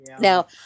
Now